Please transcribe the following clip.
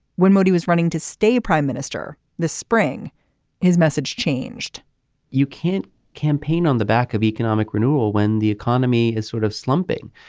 when modi was running to stay prime minister this spring his message changed you can't campaign on the back of economic renewal when the economy is sort of slumping.